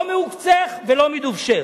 לא מעוקצך ולא מדובשך.